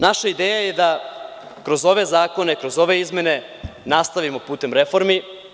Naša ideja je da kroz ove zakone, kroz ove izmene nastavimo putem reformi.